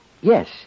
Yes